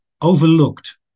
overlooked